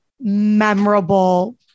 memorable